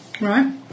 Right